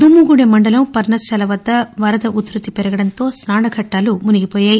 దుమ్ముగూడెం మండలం పర్లశాల వద్ద వరద ఉధ్భతి పెరగడంతో స్నాన ఘట్హలు మునిగిపోయాయి